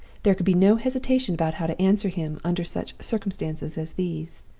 there could be no hesitation about how to answer him under such circumstances as these.